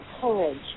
courage